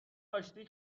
آشتی